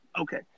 Okay